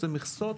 אלה מכסות